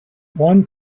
one